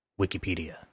Wikipedia